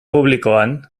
publikoan